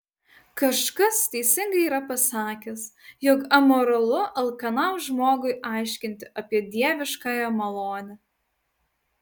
kažkas teisingai yra pasakęs jog amoralu alkanam žmogui aiškinti apie dieviškąją malonę